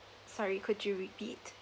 sorry could you repeat